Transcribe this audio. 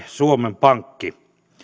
suomen pankki